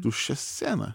tuščią sceną